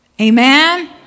Amen